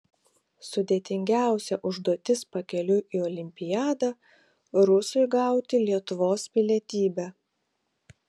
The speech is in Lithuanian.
sudėtingiausia užduotis pakeliui į olimpiadą rusui gauti lietuvos pilietybę